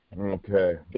Okay